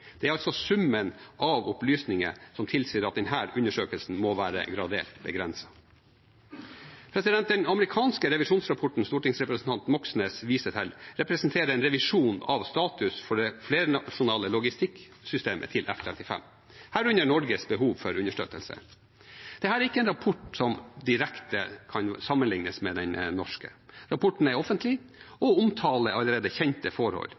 Det er altså summen av opplysninger som tilsier at denne undersøkelsen må være gradert Begrenset. Den amerikanske revisjonsrapporten stortingsrepresentanten Moxnes viser til, representerer en revisjon av status for det flernasjonale logistikksystemet til F-35, herunder Norges behov for understøttelse. Dette er ikke en rapport som direkte kan sammenlignes med den norske. Rapporten er offentlig og omtaler allerede kjente forhold,